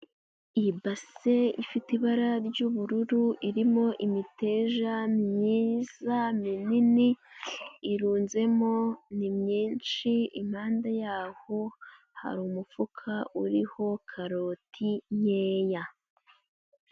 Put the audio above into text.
Ibase ifite ibara ry'ubururu irimo imiteja myiza minini irunzemo ni myinshi impande yaho hari umufuka uriho karoti nkeya.